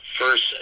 first